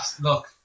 Look